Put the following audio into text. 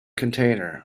container